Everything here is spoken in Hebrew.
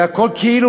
והכול כאילו,